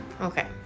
okay